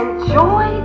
Enjoy